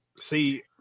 See